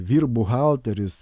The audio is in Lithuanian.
vyr buhalteris